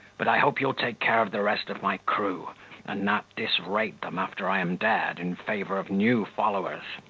but i hope you'll take care of the rest of my crew, and not disrate them after i am dead, in favour of new followers.